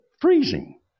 freezing